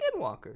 skinwalkers